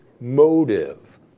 motive